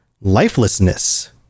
lifelessness